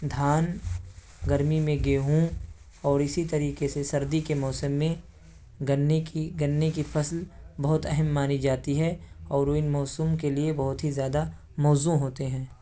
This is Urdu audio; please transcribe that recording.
دھان گرمی میں گیہوں اور اسی طریقے سے سردی کے موسم میں گنے کی گنے کی فصل بہت اہم مانی جاتی ہے اور وہ ان موسم کے لیے بہت ہی زیادہ موزوں ہوتے ہیں